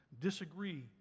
disagree